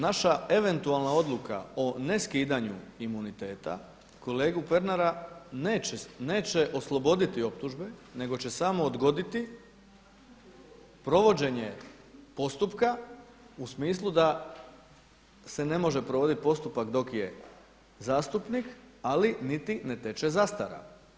Naša eventualna odluka o neskidanju imuniteta kolegu Pernara neće osloboditi optužbe nego će sam odgoditi provođenje postupka u smislu da se ne može provoditi postupak dok je zastupnik, ali niti ne teče zastara.